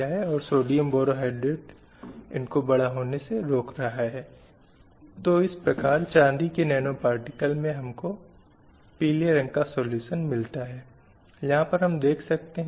धार्मिक समारोहों आदि में महिलाओं की भागीदारी को हतोत्साहित किया गया था